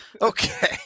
Okay